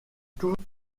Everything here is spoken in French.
tout